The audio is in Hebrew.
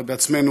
בעצמנו,